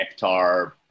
Ektar